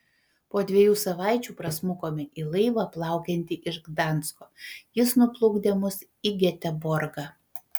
po dviejų savaičių prasmukome į laivą plaukiantį iš gdansko jis nuplukdė mus į geteborgą